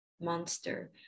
monster